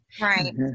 Right